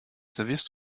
servierst